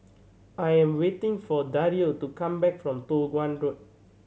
I am waiting for Dario to come back from Toh Guan Road